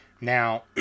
Now